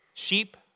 Sheep